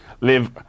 live